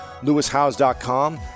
lewishouse.com